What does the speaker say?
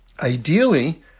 ideally